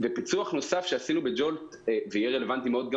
פיתוח נוסף שעשינו ב- Joltושיהיה רלוונטי מאוד גם